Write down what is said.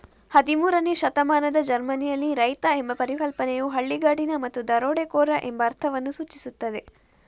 ಹದಿಮೂರನೇ ಶತಮಾನದ ಜರ್ಮನಿಯಲ್ಲಿ, ರೈತ ಎಂಬ ಪರಿಕಲ್ಪನೆಯು ಹಳ್ಳಿಗಾಡಿನ ಮತ್ತು ದರೋಡೆಕೋರ ಎಂಬ ಅರ್ಥವನ್ನು ಸೂಚಿಸುತ್ತದೆ